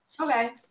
Okay